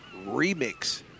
remix